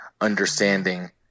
understanding